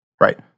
Right